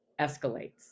escalates